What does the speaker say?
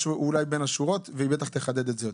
בין השורות והיא בטח תחדד את זה יותר.